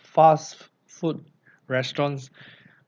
fast food restaurants